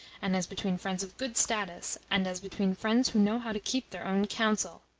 and as between friends of good status, and as between friends who know how to keep their own counsel.